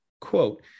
quote